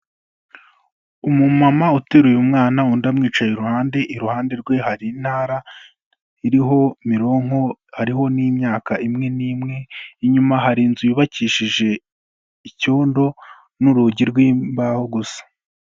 Umumama uteruye umwana, undi amwicayera iruhande, iruhande rwe hari intara iriho mironko, hariho n'imyaka imwe n'imwe, inyuma hari inzu yubakishije icyondo n'urugi rw'imbaho gusa.